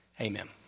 Amen